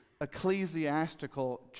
ecclesiastical